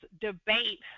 debate